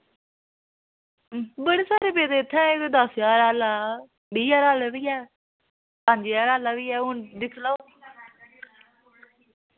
बड़े सारे पेदे इत्थै कोई दस्स ज्हार आह्ला बीह् ज्हार आह्ले बी ऐ पंज ज्हार आह्ला बी ऐ हून दिक्खी लैओ